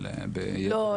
אבל ב- -- לא,